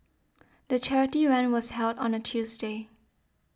the charity run was held on a Tuesday